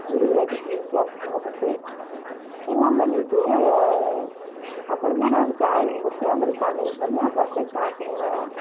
புது வேட்டி புது சட்டை போட்டுவிட்டு எல்லாம் பண்ணிவிட்டு அப்புறமா நாங்கள் சாமி கும்பிட்டு அப்புறம் சமையல் பண்ணி அப்புறந்தா சாப்பிடுவோம்